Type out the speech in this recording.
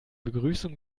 begrüßung